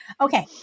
Okay